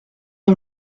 the